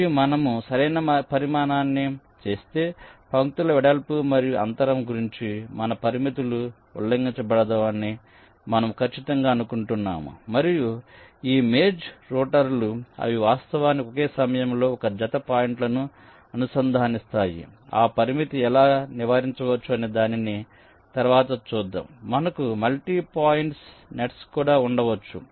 మరియు మనము సరైన పరిమాణాన్ని చేస్తే పంక్తుల వెడల్పు మరియు అంతరం గురించి మన పరిమితులు ఉల్లంఘించబడవని మనము ఖచ్చితంగా అనుకుంటున్నాము మరియు ఈ మేజ్ రూటర్లు అవి వాస్తవానికి ఒకే సమయంలో ఒక జత పాయింట్లను అనుసంధానిస్తాయి ఈ పరిమితి ఎలా నివారించవచ్చు అనే దానిని తరువాత చూద్దాం మనకు మల్టీ పాయింట్ నెట్స్ కూడా ఉండవచ్చు